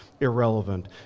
irrelevant